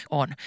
on